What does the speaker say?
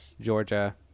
Georgia